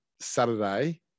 Saturday